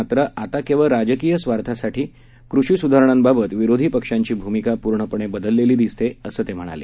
मात्र आता केवळ राजकीय स्वार्थासाठी कृषीसुधारणांबाबत विरोधीपक्षांची भूमिका पूर्णपणे बदलेली दिसते असं ते म्हणाले